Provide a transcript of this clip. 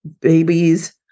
babies